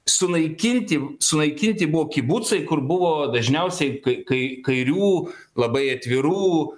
sunaikinti sunaikinti buvo kibucai kur buvo dažniausiai kai kai kairių labai atvirų